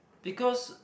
because